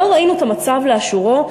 לא ראינו את המצב לאשורו,